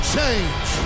change